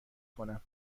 کنم